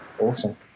Awesome